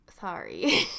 Sorry